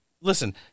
Listen